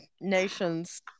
nation's